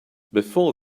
before